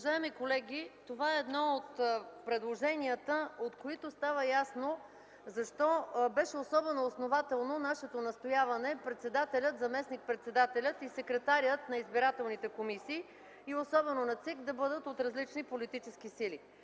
Уважаеми колеги, това е едно от предложенията, от които става ясно защо беше особено основателно нашето настояване председателя, заместник-председателя и секретаря на избирателните комисии, и особено на ЦИК, да бъдат от различни политически сили.